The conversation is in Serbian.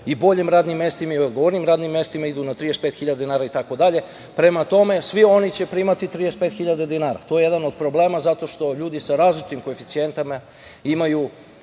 i boljim radnim mestima i odgovornijim radnim mestima idu na 35.000 dinara itd. Prema tome, svi oni će primati 35.000 dinara. To je jedan od problema zato što ljudi sa različitim koeficijentima imaju